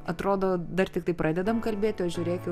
atrodo dar tiktai pradedam kalbėti o žiūrėk jau